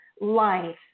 life